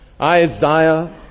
Isaiah